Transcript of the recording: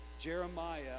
Jeremiah